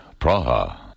Praha